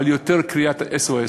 אבל יותר קריאת SOS,